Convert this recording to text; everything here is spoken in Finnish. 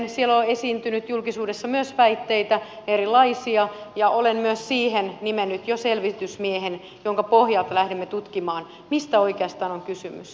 siihen liittyen on esiintynyt julkisuudessa myös erilaisia väitteitä ja olen myös siihen nimennyt jo selvitysmiehen ja siltä pohjalta lähdemme tutkimaan mistä oikeastaan on kysymys